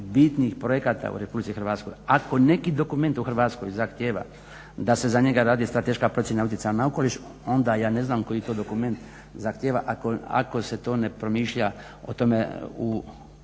bitnih projekata u Republici Hrvatskoj. Ako neki dokument u Hrvatskoj zahtijeva da se za njega radi strateška procjena utjecaja na okoliš onda ja ne znam koji to dokument zahtijeva ako se to ne promišlja o tome u